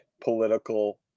political